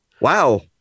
wow